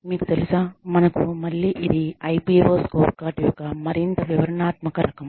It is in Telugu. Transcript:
మీకు తెలుసా మనకు మళ్ళీ ఇది IPO స్కోర్కార్డ్ యొక్క మరింత వివరణాత్మక రకం